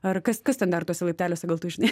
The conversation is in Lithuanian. ar kas kas ten dar tuose laipteliuose gal tu žinai